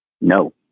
no